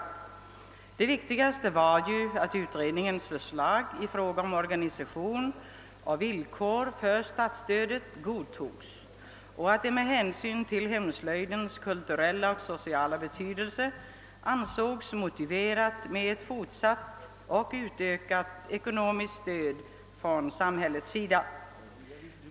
Ty det viktigaste var ju att utredningens förslag i fråga om organisationen och villkoren för statsstödet godtogs och att det med hänsyn till hemslöjdens kulturella och sociala betydelse ansågs motiverat med ett fortsatt och utökat ekonomiskt stöd från samhällets sida.